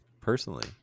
personally